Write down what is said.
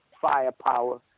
firepower